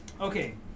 okay